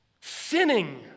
sinning